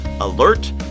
alert